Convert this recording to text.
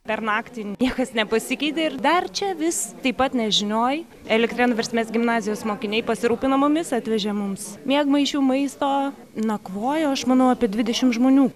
per naktį niekas nepasikeitė ir dar čia vis taip pat nežinioj elektrėnų versmės gimnazijos mokiniai pasirūpino mumis atvežė mums miegmaišių maisto nakvojo aš manau apie dvidešimt žmonių